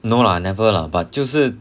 no lah never lah but 就是